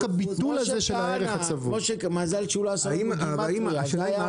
כפי שאמר נציג האוצר,